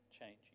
change